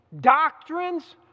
doctrines